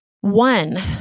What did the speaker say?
One